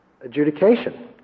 adjudication